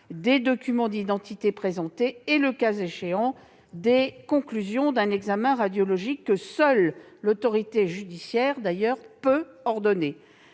des documents d'identité présentés et, le cas échéant, des conclusions d'un examen radiologique que seule l'autorité judiciaire peut ordonner.